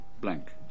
blank